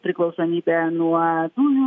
priklausomybe nuo dujų